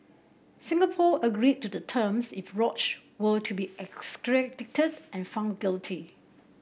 Singapore agreed to the terms if Roach were to be extradited and found guilty